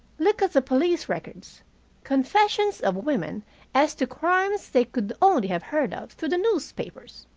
look at the police records confessions of women as to crimes they could only have heard of through the newspapers!